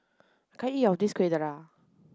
I can't eat all of this Kueh Dadar